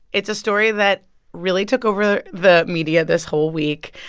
it's a story that really took over the media this whole week.